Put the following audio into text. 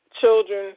children